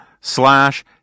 slash